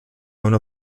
una